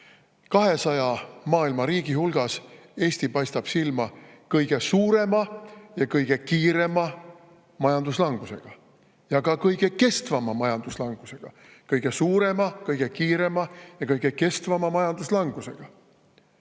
200 maailma riigi hulgas Eesti silma kõige suurema ja kõige kiirema majanduslangusega. Ja ka kõige kestvama majanduslangusega. Kõige suurema, kõige kiirema ja kõige kestvama majanduslangusega!